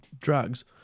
drugs